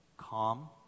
Calm